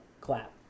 clap